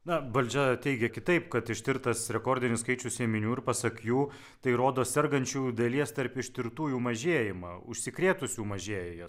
na valdžia teigia kitaip kad ištirtas rekordinis skaičius ėminių ir pasak jų tai rodo sergančiųjų dalies tarp ištirtųjų mažėjimą užsikrėtusių mažėja